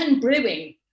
Brewing